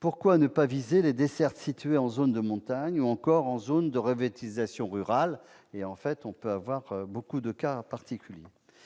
Pourquoi ne pas viser les dessertes situées en zone de montagne ou encore en zone de revitalisation rurale ? Privilégions la concision dans la loi,